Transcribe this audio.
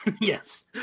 yes